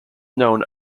known